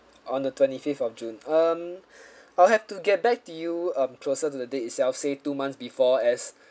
on the twenty-fifth of june um I'll have to get back to you um closer to the date itself say two months before as